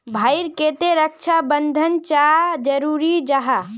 भाई ईर केते रक्षा प्रबंधन चाँ जरूरी जाहा?